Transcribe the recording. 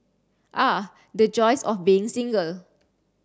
ah the joys of being single